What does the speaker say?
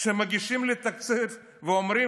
כשמגישים לי תקציב ואומרים